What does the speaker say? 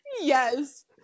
yes